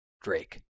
drake